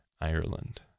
Ireland